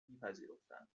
میپذیرفتند